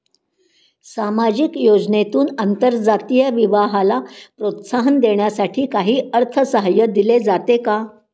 सामाजिक योजनेतून आंतरजातीय विवाहाला प्रोत्साहन देण्यासाठी काही अर्थसहाय्य दिले जाते का?